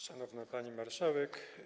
Szanowna Pani Marszałek!